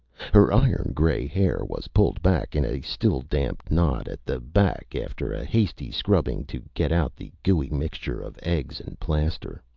her iron-gray hair was pulled back in a still-damp knot at the back after a hasty scrubbing to get out the gooey mixture of eggs and plaster.